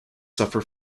suffer